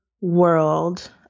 world